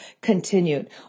continued